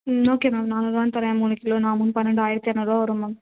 ம் okay ma'am நானூறுவான்னு தரேன் மூணு கிலோ நாமூண் பன்னெண்டு ஆயிரத்து இரநூறுபா வரும் மேம்